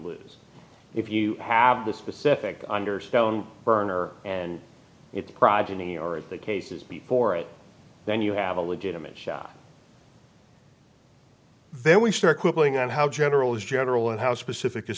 lose if you have the specific under stone burner and it progeny or it the cases before it then you have a legitimate shot then we start quibbling on how general is general and how specific